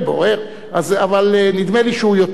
אבל נדמה לי שהוא יותר מאשר רמז.